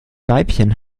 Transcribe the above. weibchen